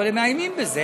אבל הם מאיימים בזה,